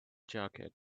jacket